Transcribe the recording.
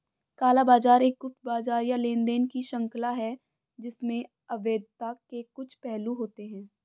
काला बाजार एक गुप्त बाजार या लेनदेन की श्रृंखला है जिसमें अवैधता के कुछ पहलू होते हैं